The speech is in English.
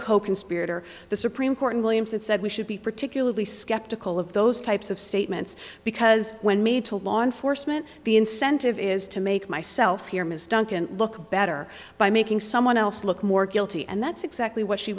coconspirator the supreme court in williamson said we should be particularly skeptical of those types of statements because when made to law enforcement the incentive is to make myself hear ms duncan look better by making someone else look more guilty and that's exactly what she